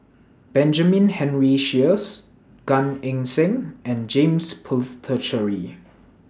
Benjamin Henry Sheares Gan Eng Seng and James Puthucheary